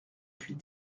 puis